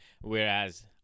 Whereas